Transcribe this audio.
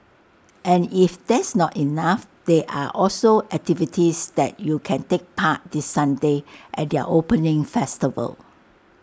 and if that's not enough there are also activities that you can take part this Sunday at their opening festival